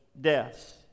deaths